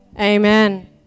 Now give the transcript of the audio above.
Amen